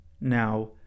Now